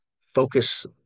focus